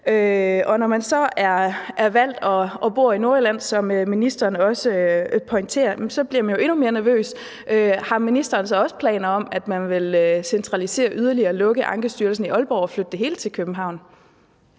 når man så er valgt og bor i Nordjylland, som ministeren også pointerer, bliver man jo endnu mere nervøs, for har ministeren så også planer om, at regeringen vil centralisere yderligere og lukke Ankestyrelsen i Aalborg og flytte det hele til København?